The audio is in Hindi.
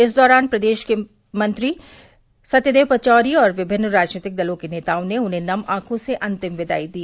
इस दौरान प्रदेश सरकार के मंत्री सत्यदेव पचौरी और विभिन्न राजनीतिक दलों के नेताओं ने नम आंखों से उन्हें अंतिम विदाई दी